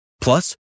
Plus